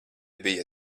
bija